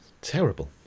terrible